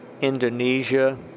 Indonesia